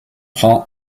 prend